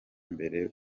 mbere